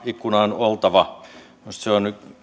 ikkuna on kuitenkin oltava minusta se on